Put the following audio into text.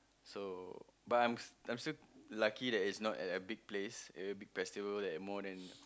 so but I'm st~ I'm still lucky that it's not a big place a big festival that more than